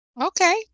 okay